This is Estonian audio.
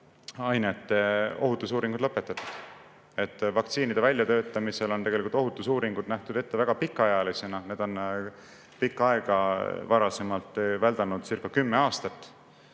ainete ohutusuuringud lõpetatud. Vaktsiinide väljatöötamisel on tegelikult ohutusuuringud nähtud ette väga pikaajalisena. Need on pikka aega väldanudcircakümme aastat